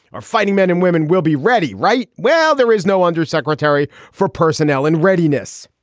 our fighting men and women will be ready, right? well, there is no undersecretary for personnel and readiness.